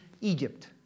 Egypt